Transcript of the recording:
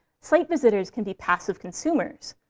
site visitors can be passive consumers,